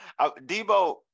Debo